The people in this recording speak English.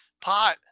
pot